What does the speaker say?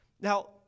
Now